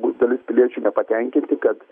būt dalis piliečių nepatenkinti kad